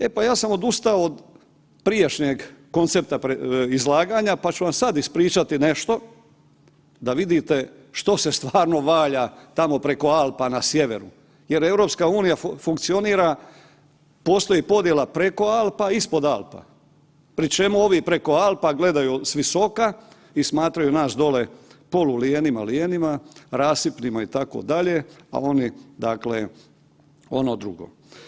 E pa ja sam odustao od prijašnjeg koncepta izlaganja pa ću vam sad ispričati nešto da vidite što se stvarno valja tamo preko Alpa na sjeveru jer EU funkcionira, postoji podjela preko Alpa i ispod Alpa pri čemu ovi preko Alpa gledaju s visoka i smatraju nas dolje polu lijenima, lijenima, rasipnima itd., a oni dakle ono drugo.